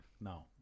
No